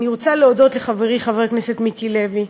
אני רוצה להודות לחברי חבר הכנסת מיקי לוי,